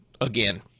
again